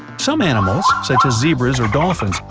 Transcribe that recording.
some animals, such as zebras or dolphins,